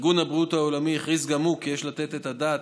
ארגון הבריאות העולמי הכריז גם הוא כי יש לתת את הדעת